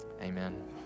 Amen